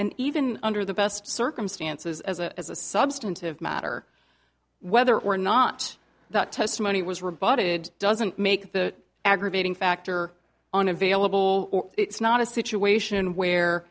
and even under the best circumstances as a as a substantive matter whether or not that testimony was rebutted doesn't make the aggravating factor unavailable it's not a situation where